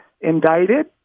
indicted